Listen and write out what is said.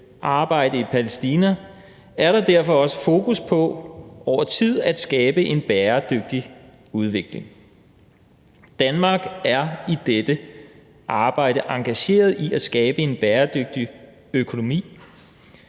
arbejde i Palæstina er der derfor også fokus på over tid at skabe en bæredygtig udvikling. Danmark er i dette arbejde engageret i at skabe en bæredygtig økonomi